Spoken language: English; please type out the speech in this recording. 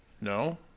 No